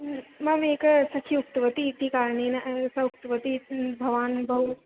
मम एका सखी उक्तवती इति कारणेन स उक्तवती भवान् बहु